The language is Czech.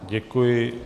Děkuji.